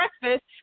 breakfast